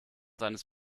seines